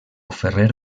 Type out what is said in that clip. ferrer